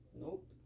Nope